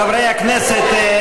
חברי הכנסת,